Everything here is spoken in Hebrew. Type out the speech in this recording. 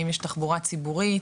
האם יש תחבורה ציבורית?